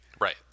Right